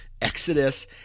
Exodus